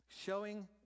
Showing